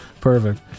Perfect